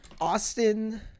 austin